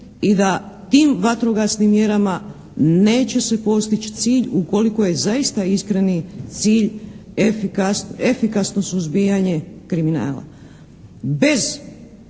i da tim vatrogasnim mjerama neće se postići cilj ukoliko je zaista iskreni cilj efikasno suzbijanje kriminala.